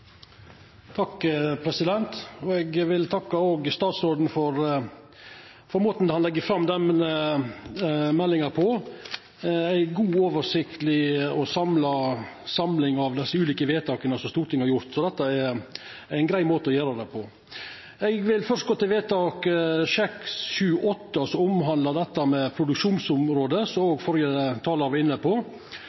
ei god og oversiktleg samling av desse ulike vedtaka som Stortinget har gjort, så dette er ein grei måte å gjera det på. Eg vil først gå til vedtak nr. 678, som omhandlar dette med produksjonsområde, som òg førre talar var inne på.